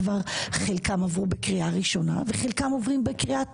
חלקם כבר עברו בקריאה ראשונה וחלקם עוברים בקריאה טרומית.